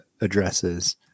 addresses